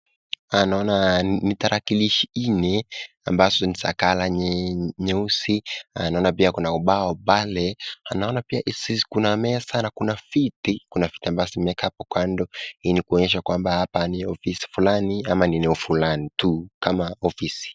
Naona ni tarakilishi nne ambazo ni za color nyeusi. Naona pia kuna ubao pale na naona pia kuna meza na viti, kuna vitabaa vimeekwa hapo kando kuonnyesha hii ni ofisi fulani ama ni eneo fulani tu kama ofisi.